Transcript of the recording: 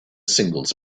singles